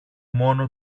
μόνο